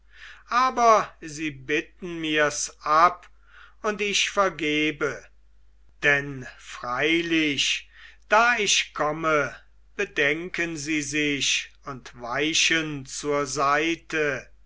aber sie bitten mirs ab und ich vergebe denn freilich da ich komme bedenken sie sich und weichen zur seite